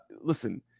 listen